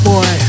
Boy